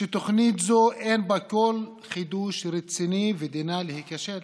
שתוכנית זו, אין בה כל חידוש רציני ודינה להיכשל.